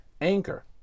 Anchor